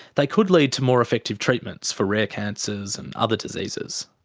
they could lead to more effective treatments for rare cancers and other diseases.